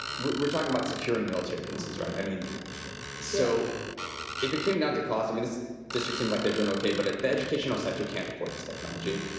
we're talking about securing military bases. i mean so if it came down to cost, i mean this district seems like they're doing okay, but the educational sector can't afford this technology,